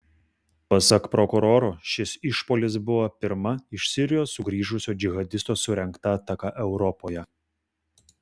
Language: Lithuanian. pasak prokurorų šis išpuolis buvo pirma iš sirijos sugrįžusio džihadisto surengta ataka europoje